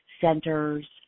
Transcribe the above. centers